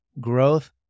growth